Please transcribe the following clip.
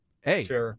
hey